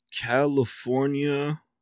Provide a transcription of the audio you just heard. California